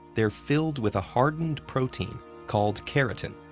they're filled with a hardened protein called keratin.